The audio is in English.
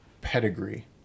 pedigree